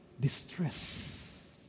distress